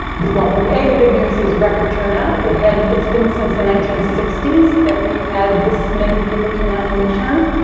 well, but a, the good news is record turnout. it had it's been since the nineteen sixty s that we had this many people turnout in the midterm.